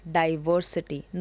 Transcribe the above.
diversity